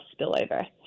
spillover